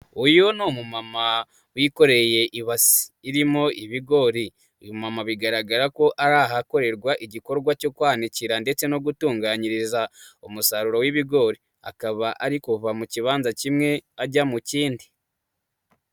Uyu ni umumama wikoreye ibase, irimo ibigori. Uyu mumama bigaragara ko ari ahakorerwa igikorwa cyo kwanikira ndetse no gutunganyiriza, umusaruro w'ibigori. Akaba ari kuva mu kibanza kimwe ajya mu kindi.